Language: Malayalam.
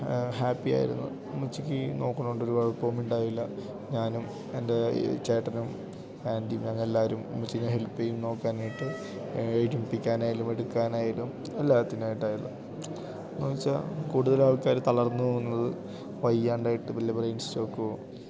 ഹാപ്പി ആയിരുന്നു ഉമ്മച്ചിക്ക് നോക്കുന്നത് കൊണ്ട് ഒരു കുഴപ്പവും ഉണ്ടായില്ല ഞാനും എൻ്റെ ചേട്ടനും ആൻ്റി ഞങ്ങൾ എല്ലാവരും ഉമ്മച്ചിനെ ഹെൽപ്പ് ചെയ്യും നോക്കാൻ വേണ്ടിയിട്ട് എണിപ്പിക്കാനായാലും എടുക്കാനായാലും എല്ലാത്തിനായിട്ടായാലും എന്നു വച്ചാൽ കൂടുതൽ ആൾക്കാർ തളർന്നു പോകുന്നത് വയ്യാണ്ടായിട്ട് വല്ല ബ്രെയിൻ സ്ട്രോക്കോ